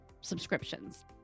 subscriptions